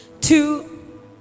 two